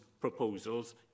proposals